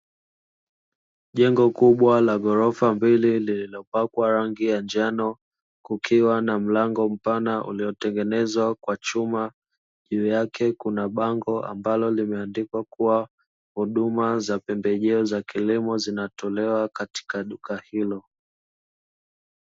Jengo kubwa la gorofa mbili lililopakwa rangi ya njano, kukiwa na mlango mpana uliotengenezwa kwa chuma, juu yake kuna bango ambalo limeandikwa kuwa, vhuduma za pembejeo za kilimo zinatolew katika duka hilo.